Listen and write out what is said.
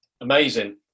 Amazing